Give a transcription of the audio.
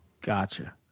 Gotcha